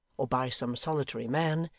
or by some solitary man,